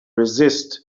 resist